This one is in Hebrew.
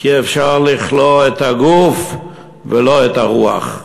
כי אפשר לכלוא את הגוף, ולא את הרוח,